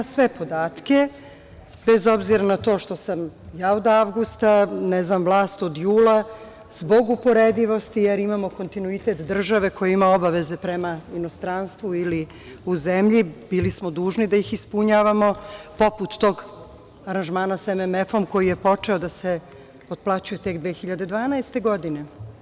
Sve podatke, bez obzira na to što sam ja od avgusta, ne znam vlast od jula, zbog uporedivosti, jer imamo kontinuitet države koja ima obaveze prema inostranstvu ili u zemlji, bili smo dužni da ih ispunjavamo, poput tog aranžmana sa MMF-om koji je počeo da se otplaćuje tek 2012. godine.